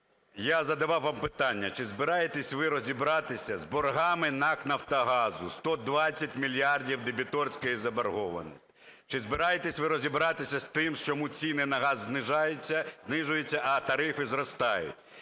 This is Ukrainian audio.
я задавав вам питання: чи збираєтеся ви розібратися з боргами НАК "Нафтогазу" – 120 мільярдів дебіторської заборгованості, чи збираєтеся ви розібратися з тим, чому ціни на газ знижуються, а тарифи зростають.